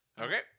Okay